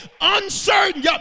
uncertain